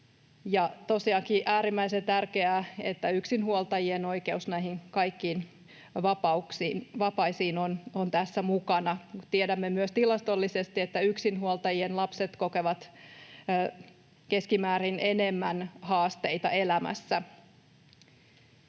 tosiaankin on äärimmäisen tärkeää, että yksinhuoltajien oikeus näihin kaikkiin vapaisiin on tässä mukana. Tiedämme myös tilastollisesti, että yksinhuoltajien lapset kokevat keskimäärin enemmän haasteita elämässä.